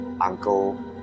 uncle